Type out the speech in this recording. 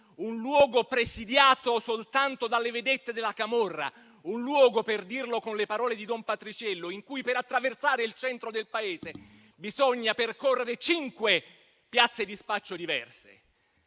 un luogo presidiato soltanto dalle vedette della camorra, un luogo - per dirlo con le parole di don Patriciello - in cui per attraversare il centro del paese bisogna percorrere cinque piazze di spaccio diverse